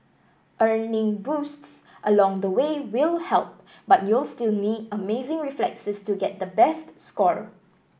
earning boosts along the way will help but you'll still need amazing reflexes to get the best score